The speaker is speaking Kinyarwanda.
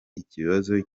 ikibazo